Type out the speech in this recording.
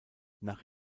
nach